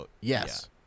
Yes